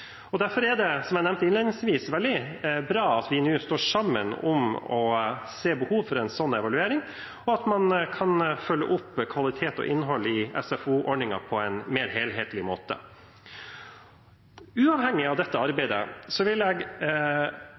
Derfor er det, som jeg nevnte innledningsvis, veldig bra at vi nå står sammen om å se behovet for en sånn evaluering, og at man kan følge opp kvalitet og innhold i SFO-ordningen på en mer helhetlig måte. Uavhengig av dette arbeidet vil jeg